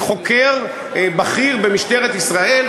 חוקר בכיר במשטרת ישראל,